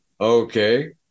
Okay